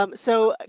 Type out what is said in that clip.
um so, ah